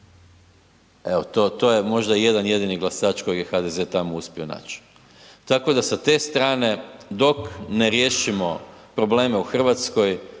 Evo to je možda jedan jedini glasač kojeg je HDZ tamo uspio naći. Tako da sa te strane dok ne riješimo probleme u Hrvatskoj